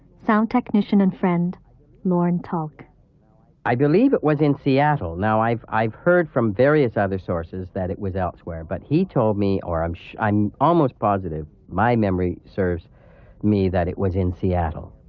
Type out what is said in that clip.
sound technician and friend lorne tulk. lt i believe it was in seattle. now, i've i've heard from various other sources that it was elsewhere, but he told me, or i'm i'm almost positive my memory serves me that it was in seattle.